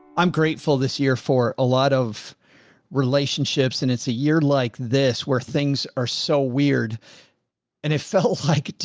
i'm grateful this year for a lot of relationships and it's a year like this, where things are so weird and it felt like,